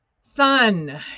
sun